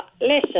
Listen